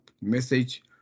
message